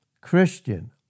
Christian